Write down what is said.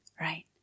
Right